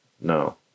no